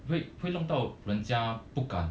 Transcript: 会会弄到人家不敢